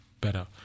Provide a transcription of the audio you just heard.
better